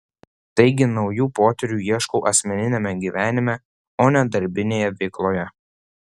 taigi naujų potyrių ieškau asmeniniame gyvenime o ne darbinėje veikloje